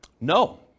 No